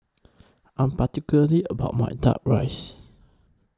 I Am particularly about My Duck Rice